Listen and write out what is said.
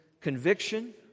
conviction